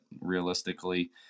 realistically